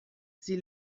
sie